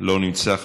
לא נמצא.